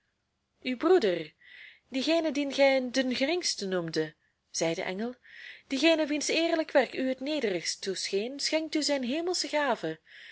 uw broeder diegene dien gij den geringste noemdet zei de engel diegene wiens eerlijk werk u het nederigst toescheen schenkt u zijn hemelsche gave